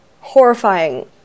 horrifying